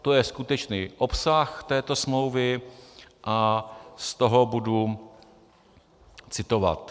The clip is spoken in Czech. To je skutečný obsah této smlouvy a z toho budu citovat.